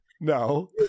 no